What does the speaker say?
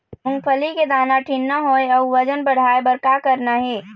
मूंगफली के दाना ठीन्ना होय अउ वजन बढ़ाय बर का करना ये?